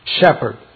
shepherd